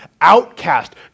outcast